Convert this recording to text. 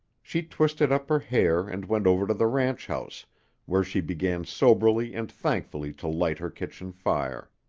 she twisted up her hair and went over to the ranch-house where she began soberly and thankfully to light her kitchen fire.